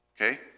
okay